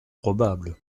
probable